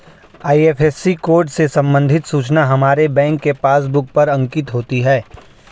IFSC code से संबंधित सूचना हमारे बैंक के पासबुक पर अंकित होती है